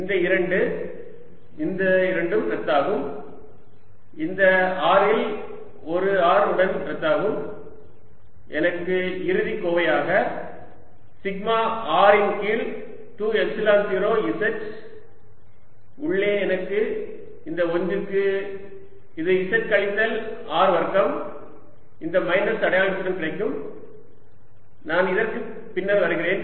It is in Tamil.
இந்த 2 இந்த 2 ம் ரத்தாகும் இந்த R இதில் ஒரு R உடன் ரத்தாகும் எனக்கு இறுதி கோவையாக சிக்மா R இன் கீழ் 2 எப்சிலன் 0 z உள்ளே எனக்கு இந்த 1 க்கு இது z கழித்தல் R வர்க்கம் இந்த மைனஸ் அடையாளத்துடன் கிடைக்கும் நான் இதற்குப் பின்னர் வருகிறேன்